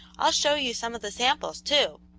i'll show you some of the samples, too.